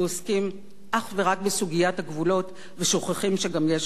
בסוגיית הגבולות ושוכחים שגם יש לנו מדינה,